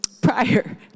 prior